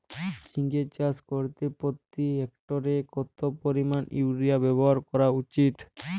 ঝিঙে চাষ করতে প্রতি হেক্টরে কত পরিমান ইউরিয়া ব্যবহার করা উচিৎ?